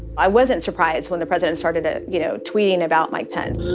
i wasn't surprised when the president started to, you know, tweeting about mike pence.